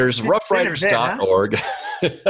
roughriders.org